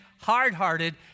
hard-hearted